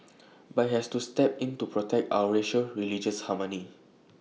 but IT has to step in to protect our racial religious harmony